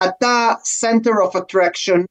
אתה סנטר אוף אטראקשן.